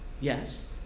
Yes